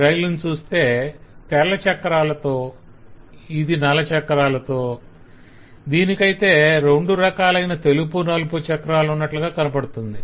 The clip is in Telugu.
ఈ రైలును చూస్తే తెల్ల చక్రాలతో ఇది నల్ల చక్రాలతో దీనికైతే రెండు రకాలైన తెలుపు నలుపు చక్రాలున్నట్లుగా కనబడుతుంది